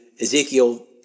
Ezekiel